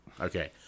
Okay